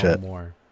more